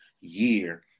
year